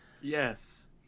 yes